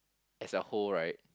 as a whole right